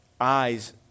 eyes